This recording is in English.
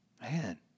Man